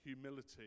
humility